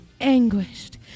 anguished